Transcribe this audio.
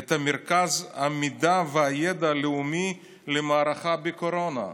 את מרכז המידע והידע הלאומי למערכה בקורונה.